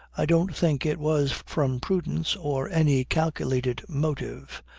i don't think it was from prudence or any calculated motive.